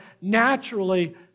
naturally